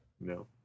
no